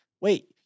Wait